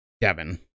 Devin